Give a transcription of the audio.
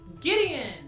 Gideon